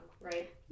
right